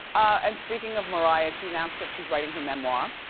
and speaking of mariah, she announced that she's writing her memoir.